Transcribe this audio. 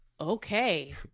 Okay